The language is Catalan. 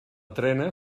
trena